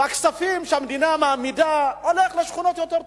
והכספים שהמדינה מעמידה הולכים לשכונות יותר טובות,